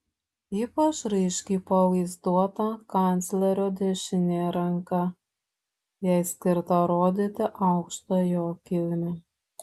ypač raiškiai pavaizduota kanclerio dešinė ranka jai skirta rodyti aukštą jo kilmę